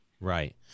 Right